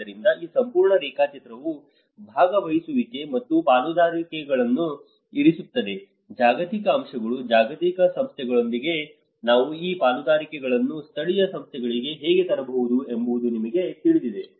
ಆದ್ದರಿಂದ ಈ ಸಂಪೂರ್ಣ ರೇಖಾಚಿತ್ರವು ಭಾಗವಹಿಸುವಿಕೆ ಮತ್ತು ಪಾಲುದಾರಿಕೆಗಳನ್ನು ಇರಿಸುತ್ತದೆ ಜಾಗತಿಕ ಅಂಶಗಳು ಜಾಗತಿಕ ಸಂಸ್ಥೆಗಳೊಂದಿಗೆ ನಾವು ಈ ಪಾಲುದಾರಿಕೆಗಳನ್ನು ಸ್ಥಳೀಯ ಸಂಸ್ಥೆಗಳಿಗೆ ಹೇಗೆ ತರಬಹುದು ಎಂಬುದು ನಿಮಗೆ ತಿಳಿದಿದೆ